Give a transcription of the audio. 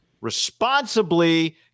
responsibly